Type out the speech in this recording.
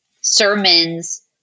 sermons